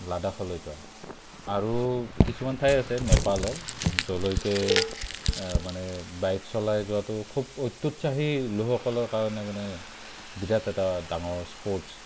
লাডাখলৈ যোৱাটো আৰু কিছুমান ঠাই আছে নেপালৰ য'লৈকে মানে বাইক চলাই যোৱাটো খুব অত্যুৎসাহী লোকসকলৰ কাৰণে মানে বিৰাট এটা ডাঙৰ স্পৰ্টছ